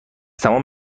تمام